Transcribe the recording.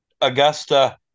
Augusta